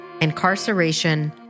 incarceration